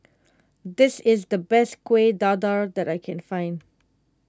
this is the best Kueh Dadar that I can find